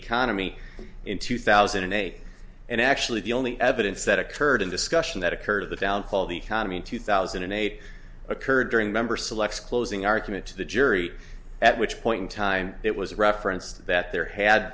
economy in two thousand and eight and actually the only evidence that occurred in discussion that occurred of the downfall of the economy in two thousand and eight occurred during a member selects closing argument to the jury at which point in time it was referenced that there had